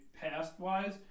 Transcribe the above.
past-wise